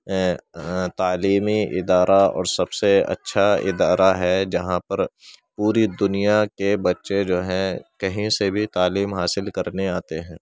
تعلیمی ادارہ اور سب سے اچّھا ادارہ ہے جہاں پر پوری دنیا کے بچّے جو ہے کہیں سے بھی تعلیم حاصل کرنے آتے ہیں